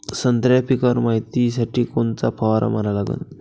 संत्र्याच्या पिकावर मायतीसाठी कोनचा फवारा मारा लागन?